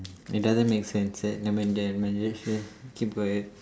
it doesn't make sense நம்ம இங்கே:namma ingkee keep quiet